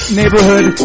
neighborhood